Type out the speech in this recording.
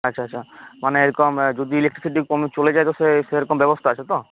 আচ্ছা আচ্ছা মানে এরকম যদি ইলেকট্রিসিটি কোনো চলে যায় তো সে সেরকম ব্যবস্থা আছে তো